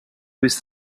was